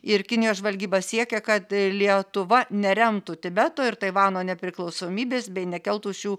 ir kinijos žvalgyba siekia kad lietuva neremtų tibeto ir taivano nepriklausomybės bei nekeltų šių